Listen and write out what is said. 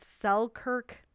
Selkirk